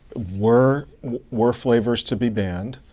were were flavors to be banned,